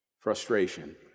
frustration